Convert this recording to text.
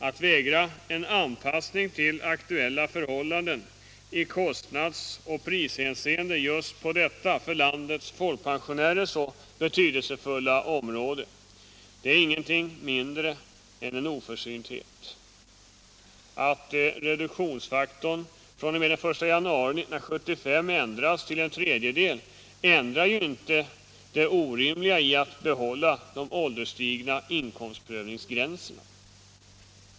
Att vägra en anpassning till aktuella förhållanden i kostnadsoch prishänseende just på detta för landets folkpensionärer så betydelsefulla område är ingenting mindre än en oförsynthet. Att reduktionsfaktorn fr.o.m. den 1 januari 1975 ändrats till en tredjedel gör det ju inte mindre orimligt att behålla de ålderstigna inkomstprövningsgränserna.